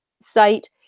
site